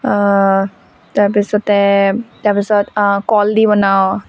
তাৰপিছতে তাৰপিছত কল দি বনাওঁ